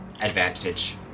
advantage